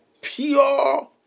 Pure